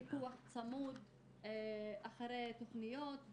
פיקוח צמוד אחרי תכניות,